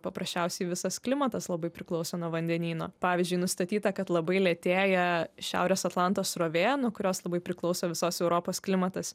paprasčiausiai visas klimatas labai priklauso nuo vandenyno pavyzdžiui nustatyta kad labai lėtėja šiaurės atlanto srovė nuo kurios labai priklauso visos europos klimatas